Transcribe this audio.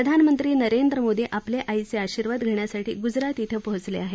प्रधानमंत्री नरेंद्र मोदी आपल्या आईचे आशीर्वाद घेण्यासाठी ग्जरात इथं पोहोचले आहेत